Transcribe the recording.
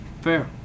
Fair